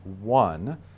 one